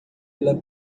pela